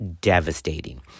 devastating